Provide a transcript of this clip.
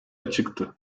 açıktı